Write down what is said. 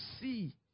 see